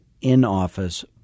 in-office